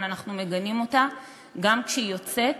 אבל אנחנו מגנים אותה גם כשהיא יוצאת